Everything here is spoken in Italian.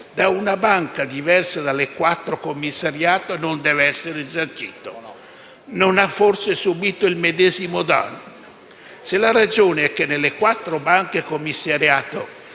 da una banca diversa dalle quattro commissariate non deve essere risarcito? Non ha forse subito il medesimo danno? Se la ragione è che nelle quattro banche commissariate